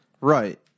Right